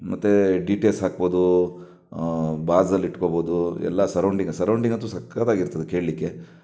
ಮತ್ತೆ D T S ಹಾಕ್ಬೌದು ಬಾಸಲ್ಲಿ ಇಟ್ಕೋಬೌದು ಎಲ್ಲ ಸರೌಂಡಿಂಗ್ ಸರೌಂಡಿಂಗ್ ಅಂತೂ ಸಖತ್ತಾಗಿರ್ತದೆ ಕೇಳಲಿಕ್ಕೆ